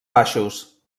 baixos